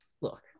look